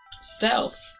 stealth